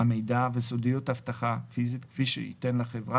המידע וסודיות אבטחה פיזית כפי שייתן לחברה,